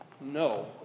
No